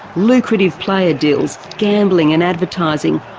lucrative player deals, gambling and advertising,